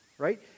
right